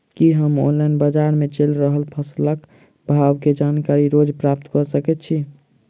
की हम ऑनलाइन, बजार मे चलि रहल फसलक भाव केँ जानकारी रोज प्राप्त कऽ सकैत छी?